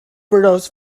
burrows